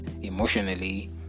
emotionally